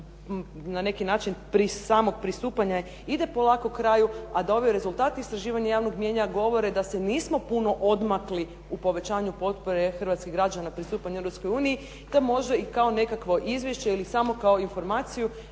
na neki način samog pristupanja ide polako kraju, a da ovi rezultati istraživanja javnog mnijenja govore da se nismo puno odmakli u povećanju potpore hrvatskih građana pristupanju Europskoj uniji, te može i kao nekakvo izvješće ili samo kao informaciju